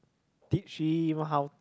teach him how